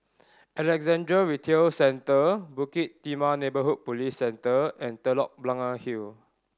Alexandra Retail Centre Bukit Timah Neighbourhood Police Centre and Telok Blangah Hill